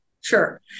Sure